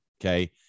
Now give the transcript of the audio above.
okay